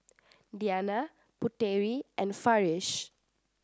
Diyana Putera and Farish